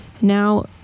Now